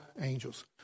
angels